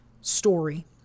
story